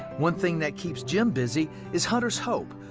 one thing that keeps jim busy is hunters hope,